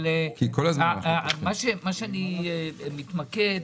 אבל מה שאני מתמקד,